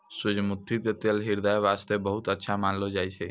सूरजमुखी के तेल ह्रदय वास्तॅ बहुत अच्छा मानलो जाय छै